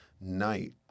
night